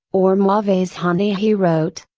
or mauvaise honte he wrote,